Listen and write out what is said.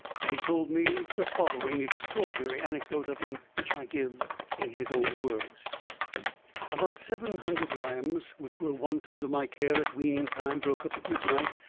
and he told me the following extraordinary anecdote of him, which i give in his own words about seven hundred lambs, which were once under my care at weaning time, broke up at midnight,